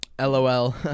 LOL